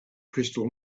crystal